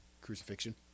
crucifixion